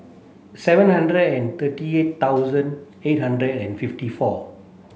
seven hundred and thirty thousand eight hundred and fifty four